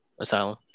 Asylum